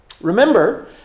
Remember